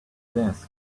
desk